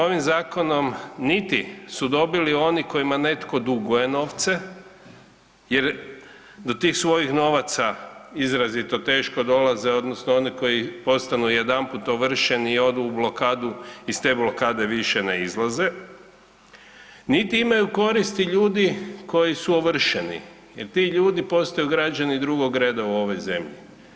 Ovim zakonom niti su dobili oni kojima netko duguje novce jer do tih svojih novaca izrazito teško dolaze odnosno oni koji postanu jedanput ovršeni i odu u blokadu iz te blokade više ne izlaze, niti imaju koristi ljudi koji su ovršeni jer ti ljudi postaju građani drugog reda u ovoj zemlji.